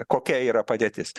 kokia yra padėtis